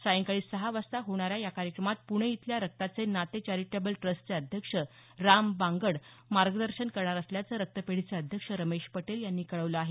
सायंकाळी सहा वाजता होणाऱ्या या कार्यक्रमात प्णे इथल्या रक्ताचे नाते चॅरिटेबल ट्रस्टचे अध्यक्ष राम बांगड मार्गदर्शन करणार असल्याचं रक्तपेढीचे अध्यक्ष रमेश पटेल यांनी कळवलं आहे